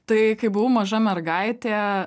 tai kai buvau maža mergaitė